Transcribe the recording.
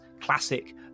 classic